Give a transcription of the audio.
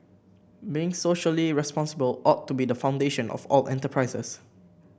being socially responsible ought to be the foundation of all enterprises